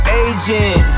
agent